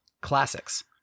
Classics